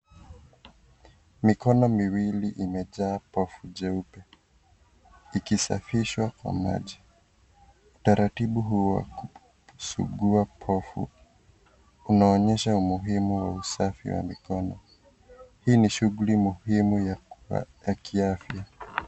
Mikono miwili imejaa povu jeupe, ikisafishwa kwa maji. Utaratibu huo wa kusugua povu, unaonyesha umuhimu wa usafi wa mikono. Hii ni shughuli muhimu ya kiafya.